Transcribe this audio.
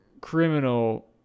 criminal